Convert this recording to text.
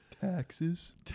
Taxes